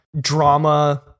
drama